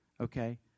Okay